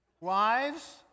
Wives